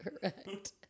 correct